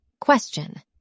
Question